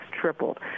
tripled